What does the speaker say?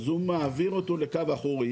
אז הוא מעביר אותו לקו אחורי.